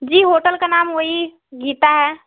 जी hotel का नाम वही गीता है